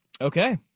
Okay